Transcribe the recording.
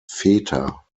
feta